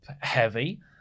heavy